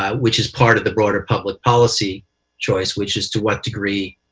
um which is part of the broader public policy choice, which is to what degree